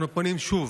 ואנחנו פונים שוב.